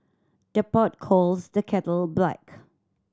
the pot calls the kettle black